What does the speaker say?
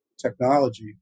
technology